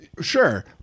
Sure